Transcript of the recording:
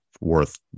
worth